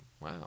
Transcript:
wow